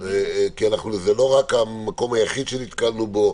כי זה לא רק המקום היחיד שנתקלנו בו.